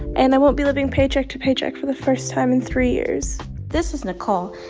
and i won't be living paycheck to paycheck for the first time in three years this is nicole.